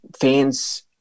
Fans